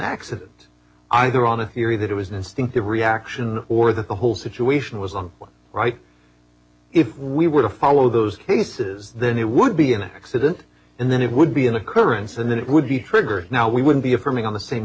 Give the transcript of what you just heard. accident either on the theory that it was an instinctive reaction or that the whole situation was on the right if we were to follow those cases then it would be an accident and then it would be an occurrence and then it would be triggered now we would be affirming on the same